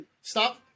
Stop